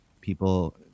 people